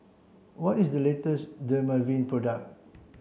what is the latest Dermaveen product